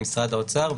אני ממשרד המשפטים.